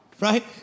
right